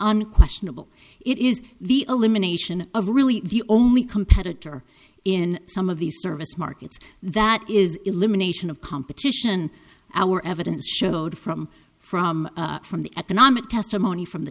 unquestionable it is the elimination of really the only competitor in some of these service markets that is elimination of competition our evidence showed from from from the economic testimony from the